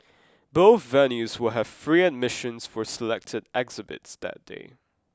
both venues will have free admissions for selected exhibits that day